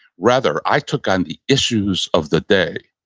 rather, i took on the issues of the day.